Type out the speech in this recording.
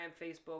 Facebook